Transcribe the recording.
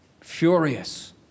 furious